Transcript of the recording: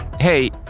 Hey